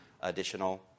additional